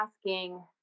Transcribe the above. asking